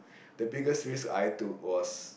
the biggest risk I took was